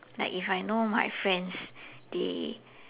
like if I know my friends they